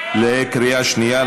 בקריאה שנייה,